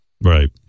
Right